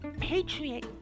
patriot